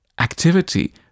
activity